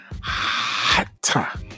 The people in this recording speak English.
hot